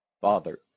Father